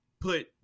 put